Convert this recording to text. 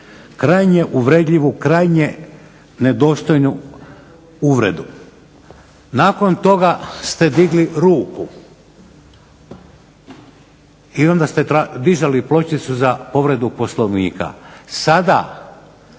Krajnje uvredljivu, krajnje nedostojnu uvredu. Nakon toga ste digli ruku i onda ste dizali pločicu za povredu Poslovnika.